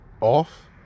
off